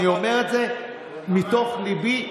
אני אומר את זה מתוך ליבי.